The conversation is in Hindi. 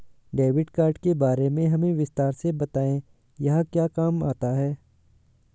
डेबिट कार्ड के बारे में हमें विस्तार से बताएं यह क्या काम आता है?